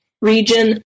region